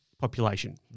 population